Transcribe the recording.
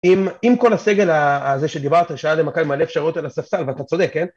‫עם כל הסגל הזה שדיברת, ‫שהיה למכבי מלא אפשרויות על הספסל, ‫ואתה צודק, כן?